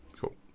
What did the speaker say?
cool